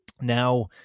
Now